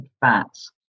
fats